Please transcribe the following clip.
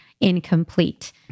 incomplete